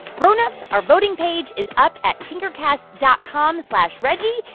grown-ups, our voting page is up at tinkercast dot com slash reggie.